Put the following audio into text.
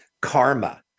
Karma